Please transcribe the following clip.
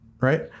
right